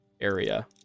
area